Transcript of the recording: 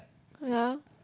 ya